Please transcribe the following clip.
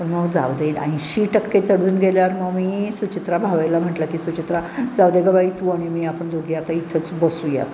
पण मग जाऊ देत ऐंशी टक्के चढून गेल्यावर मग मी सुचित्रा भावेला म्हटलं की सुचित्रा जाऊ दे गं बाई तू आणि मी आपण दोघी आता इथंच बसूयात